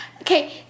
okay